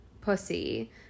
pussy